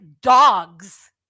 dogs